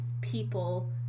people